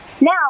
Now